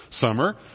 summer